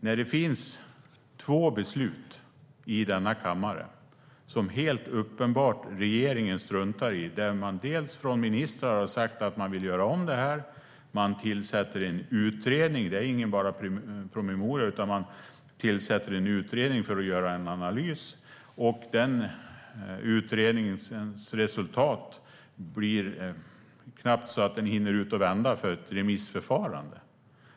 Det finns två beslut i denna kammare som regeringen helt uppenbart struntar i. Dels är det ministrar som har sagt att man vill göra om det här, dels tillsätter man en utredning. Det är inte bara någon promemoria, utan man tillsätter en utredning för att göra en analys. Den utredningens resultat hinner så knappt ut och vända för ett remissförfarande.